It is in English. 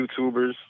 YouTubers